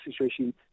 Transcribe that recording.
situation